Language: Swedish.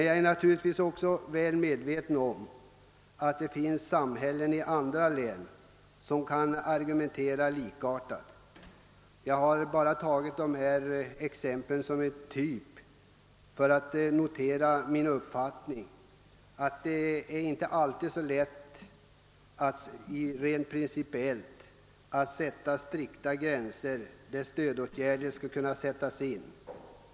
Jag är medveten om att samhällen i andra län kan anföra liknande argument — jag har bara tagit dessa exempel för att ge uttryck åt min uppfattning ait det inte alltid är så lätt att dra upp strikta gränser för i vilka områden stödåtgärder skall sättas in.